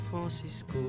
francisco